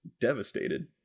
devastated